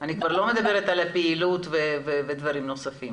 אני כבר לא מדברת על פעילות ודברים נוספים.